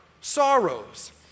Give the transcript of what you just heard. sorrows